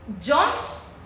John's